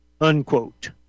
unquote